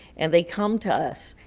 and they come to us,